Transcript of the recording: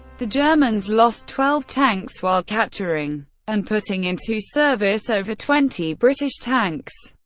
the germans lost twelve tanks, while capturing and putting into service over twenty british tanks.